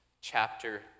chapter